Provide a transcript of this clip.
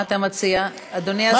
מה אתה מציע, אדוני השר?